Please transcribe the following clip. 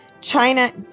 China